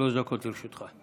שלוש דקות לרשותך.